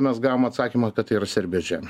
mes gavom atsakymą kad tai yra serbijos žemė